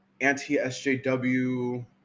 anti-sjw